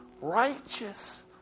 righteous